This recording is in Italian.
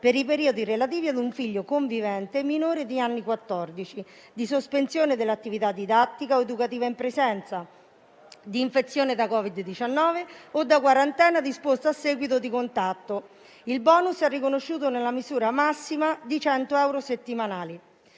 per l'infanzia per un figlio convivente minore di anni quattordici, per i periodi di sospensione dell'attività didattica o educativa in presenza, di infezione da Covid-19 o da quarantena disposta a seguito di contatto. Il *bonus* è riconosciuto nella misura massima di 100 euro settimanali.